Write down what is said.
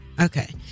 Okay